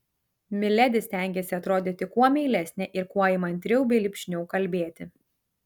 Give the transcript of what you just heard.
miledi stengėsi atrodyti kuo meilesnė ir kuo įmantriau bei lipšniau kalbėti